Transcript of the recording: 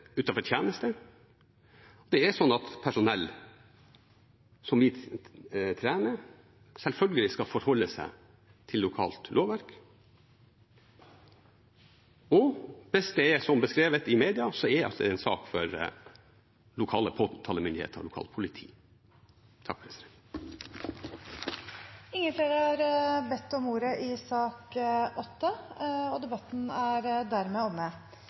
utenfor tjeneste. Personell som vi trener, skal selvfølgelig forholde seg til lokale lover. Hvis det er som beskrevet i media, er dette en sak for lokale påtalemyndigheter og lokalt politi. Flere har ikke bedt om ordet til sak nr. 8. Etter ønske fra utenriks- og